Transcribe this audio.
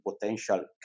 potential